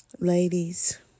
Ladies